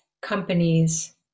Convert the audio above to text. companies